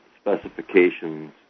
specifications